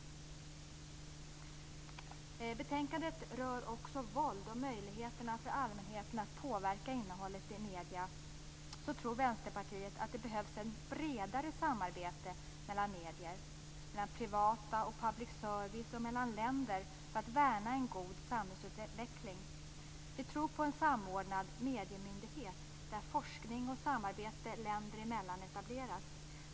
Betänkandet rör också våld och möjligheterna för allmänheten att påverka innehållet i medierna. Vänsterpartiet tror att det behövs ett bredare samarbete mellan medier - privata och public service-medier - och mellan länder för att värna en god samhällsutveckling. Vi tror på en samordnad mediemyndighet där forskning och samarbete länder emellan etableras.